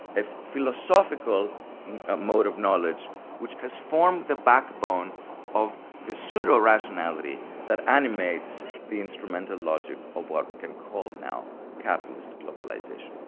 philosophical mode of knowledge which has formed the backbone of the pseudo-rationality that animates the instrumental logic of what we can call now capitalist globalisation.